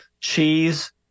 cheese